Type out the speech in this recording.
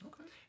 Okay